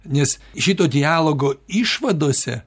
nes šito dialogo išvadose